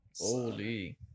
holy